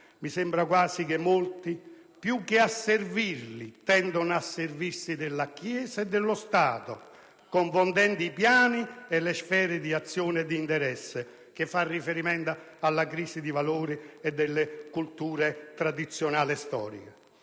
mi sembra quasi che molti più che a servirli tendono a servirsi della Chiesa e dello Stato, confondendo i piani e le sfere di azione e di interesse, con riferimento alla crisi di valori e delle culture tradizionali e storiche.